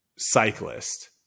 cyclist